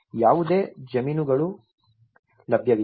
ಯಾವುದೇ ಜಮೀನುಗಳು ಲಭ್ಯವಿಲ್ಲ